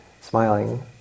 smiling